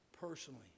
personally